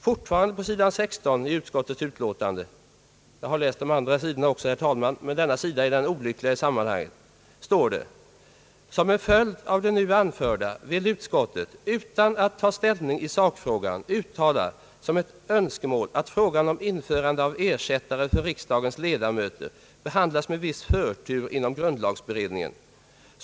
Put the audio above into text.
Fortfarande på sidan 16 i utskottets betänkande — jag har läst de andra sidorna också, herr talman, men denna sida är den olyckliga i sammanhanget — står det: »Som en följd av det nu anförda vill utskottet, utan att ta ställning i sakfrågan, uttala som ett önskemål, att frågan om införande av ersättare för riksdagens ledamöter behandlas med viss förtur inom grundlagberedningen.